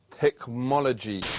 technology